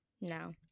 No